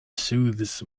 soothes